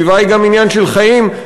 סביבה היא גם עניין של חיים,